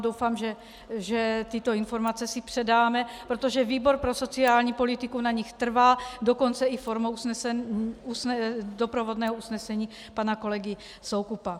Doufám, že tyto informace si předáme, protože výbor pro sociální politiku na nich trvá dokonce i formou doprovodného usnesení pana kolegy Soukupa.